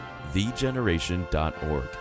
TheGeneration.org